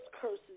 curses